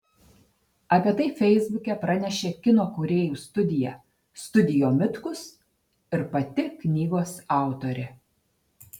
apie tai feisbuke pranešė kino kūrėjų studija studio mitkus ir pati knygos autorė